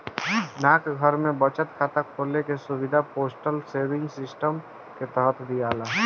डाकघर में बचत खाता खोले के सुविधा पोस्टल सेविंग सिस्टम के तहत दियाला